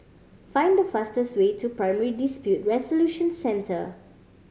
find the fastest way to Primary Dispute Resolution Centre